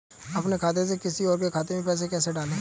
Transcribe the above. अपने खाते से किसी और के खाते में पैसे कैसे डालें?